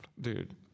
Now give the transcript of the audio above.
Dude